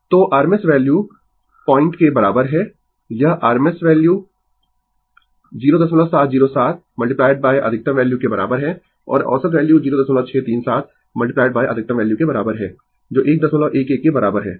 तो rms value point के बराबर है यह rms वैल्यू 0707 अधिकतम वैल्यू के बराबर है और औसत वैल्यू 0637 अधिकतम वैल्यू के बराबर है जो 111 के बराबर है